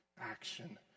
action